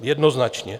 Jednoznačně.